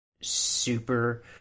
Super